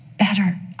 Better